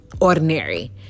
ordinary